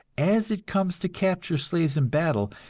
as it comes to capture slaves in battle,